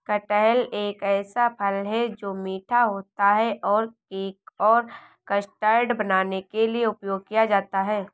कटहल एक ऐसा फल है, जो मीठा होता है और केक और कस्टर्ड बनाने के लिए उपयोग किया जाता है